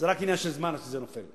זה רק עניין של זמן עד שזה נופל.